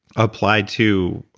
apply to